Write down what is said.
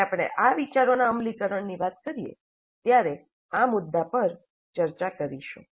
જ્યારે આપણે આ વિચારોના અમલીકરણની વાત કરીએ ત્યારે આપણે આ મુદ્દા પર ચર્ચા કરીશું